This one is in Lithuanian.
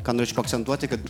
ką norėčiau paakcentuoti kad